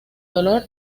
dolor